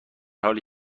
حالی